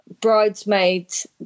bridesmaids